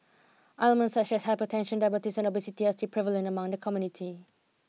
ailments such as hypertension diabetes and obesity are still prevalent among the community